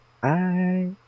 Bye